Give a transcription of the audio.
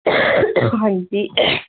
हां जी